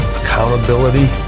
accountability